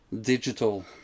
digital